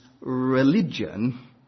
religion